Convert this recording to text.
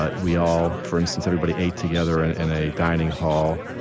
ah we all for instance, everybody ate together and in a dining hall.